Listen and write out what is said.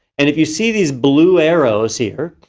and if you see these blue arrows here,